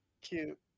Cute